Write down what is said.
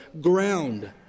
ground